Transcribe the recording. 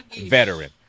veteran